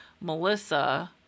Melissa